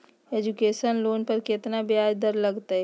Education loan पर केतना ब्याज दर लगतई?